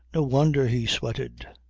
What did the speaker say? no wonder he sweated.